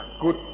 Good